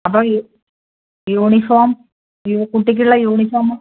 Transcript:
അപ്പോൾ ഈ യൂണിഫോം യു കുട്ടിക്കുള്ള യൂണിഫോമോ